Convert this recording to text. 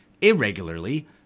irregularly